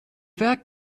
werk